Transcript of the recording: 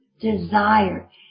desire